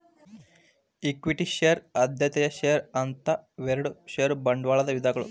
equity ಷೇರು ಆದ್ಯತೆಯ ಷೇರು ಅಂತ ಇವೆರಡು ಷೇರ ಬಂಡವಾಳದ ವಿಧಗಳು